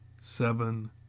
Seven